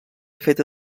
feta